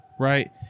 Right